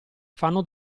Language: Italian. fanno